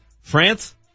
France